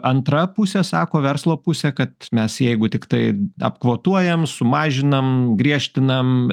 antra pusė sako verslo pusė kad mes jeigu tiktai apkvotuojam sumažinam griežtinam